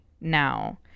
now